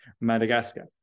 Madagascar